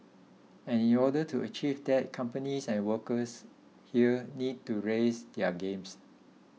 and in order to achieve that companies and workers here need to raise their games